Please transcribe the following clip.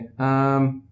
Okay